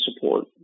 support